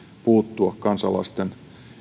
puuttua kansalaisten